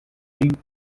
vin